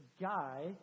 guy